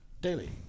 Daily